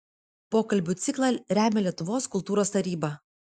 pokalbių ciklą remia lietuvos kultūros taryba